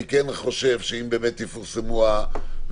אני כן חושב שאם באמת יפורסמו הנתונים,